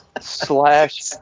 slash